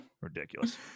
Ridiculous